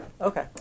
Okay